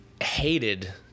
hated